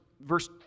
verse